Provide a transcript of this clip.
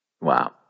Wow